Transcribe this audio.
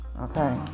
Okay